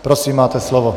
Prosím, máte slovo.